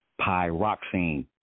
Pyroxene